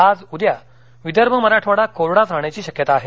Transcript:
आज उद्या विदर्भ मराठवाडा कोरडाच राहण्याची शक्यता आहे